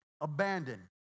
Abandon